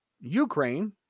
Ukraine